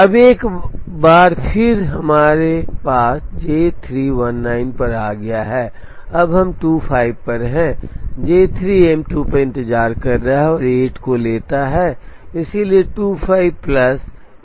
अब एक बार फिर से हमारे पास J 3 19 पर आ गया है अब हम 25 पर हैं J 3 M 2 पर इंतज़ार कर रहा है और 8 को लेता है इसलिए 25 प्लस 8 33 है